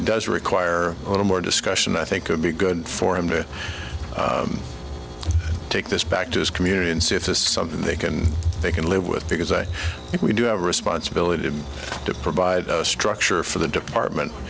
does require a little more discussion i think would be good for him to take this back to his community and see if there's something they can they can live with because i think we do have a responsibility to provide structure for the department